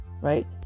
right